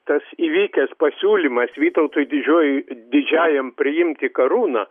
tas įvykęs pasiūlymas vytautui didžiuojui didžiajam priimti karūną